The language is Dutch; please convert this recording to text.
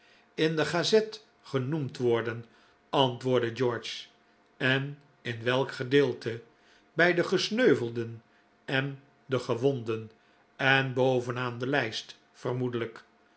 in de gazette genoemd worden antwoordde george en in welk gedeelte bij de gesneuvelden en de gewonden en boven aan de lijst vermoedelijk